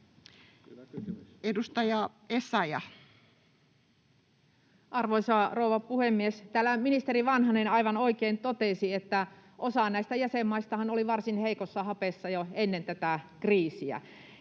Edustaja Essayah. Arvoisa rouva puhemies! Täällä ministeri Vanhanen aivan oikein totesi, että näistä jäsenmaistahan osa oli varsin heikossa hapessa jo ennen tätä kriisiä.